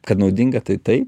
kad naudinga tai taip